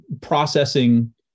processing